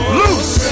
loose